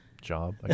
job